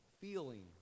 feeling